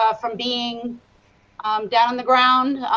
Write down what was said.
ah from being um down on the ground,